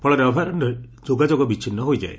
ଫଳରେ ଅଭୟାରଣ୍ୟରେ ଯୋଗାଯୋଗ ବିଛିନ୍ ହୋଇଯାଏ